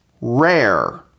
rare